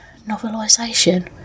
Novelisation